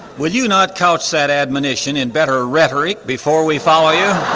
will you not couch that admonition in better rhetoric before we follow you?